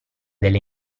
delle